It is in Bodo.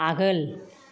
आगोल